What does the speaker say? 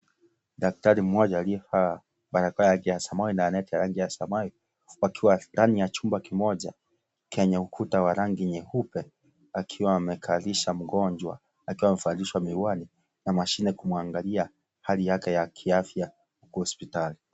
Daktari mmoja aliyevaa barakoa yake ya samawi na neti ya rangi ya samawi wakiwa ndani ya chumba kimoja chenye ukuta wa rangi nyeupe akiwa amekalisha mgonjwa akiwa amevalishwa miwani na mashine kumwangalia hali yake ya kiafya huko hospitali.